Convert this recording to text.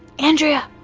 andrea?